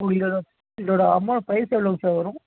ஓ இதோட இதோட amount price எவ்ளோங்க சார் வரும்